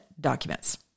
documents